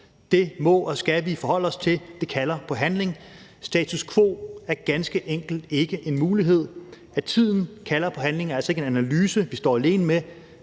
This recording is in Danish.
Det må og skal vi forholde os til. Det kalder på handling. Status quo er ganske enkelt ikke en mulighed. At tiden kalder på handling, er altså ikke en analyse, vi står alene med